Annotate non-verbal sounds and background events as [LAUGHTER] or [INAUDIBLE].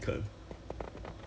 [NOISE]